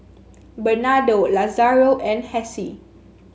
Bernardo Lazaro and Hassie